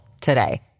today